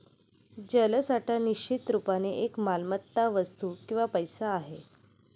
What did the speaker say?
जलसाठा निश्चित रुपाने एक मालमत्ता, वस्तू किंवा पैसा आहे